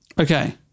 Okay